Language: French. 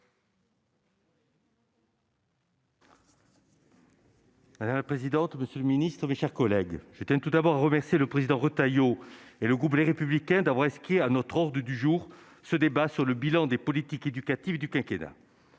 Madame la présidente, monsieur le ministre, mes chers collègues, je tiens tout d'abord à remercier le président Retailleau et le groupe Les Républicains d'avoir inscrit à notre ordre du jour ce débat sur le bilan des politiques éducatives du quinquennat.